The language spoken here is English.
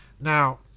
Now